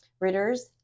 Ritters